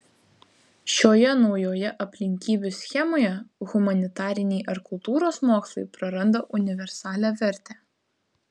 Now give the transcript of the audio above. šioje naujoje aplinkybių schemoje humanitariniai ar kultūros mokslai praranda universalią vertę